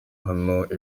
hano